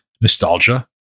Nostalgia